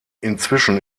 inzwischen